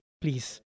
Please